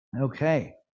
Okay